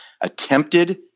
attempted